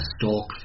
stalk